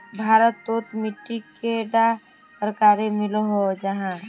भारत तोत मिट्टी कैडा प्रकारेर मिलोहो जाहा?